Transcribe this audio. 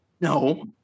No